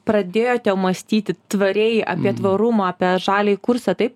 pradėjote mąstyti tvariai apie tvarumą apie žaliąjį kursą taip